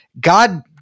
God